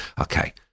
Okay